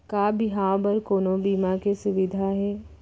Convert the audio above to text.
का बिहाव बर कोनो बीमा के सुविधा हे?